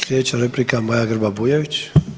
Slijedeća replika Maja Grba Bujević.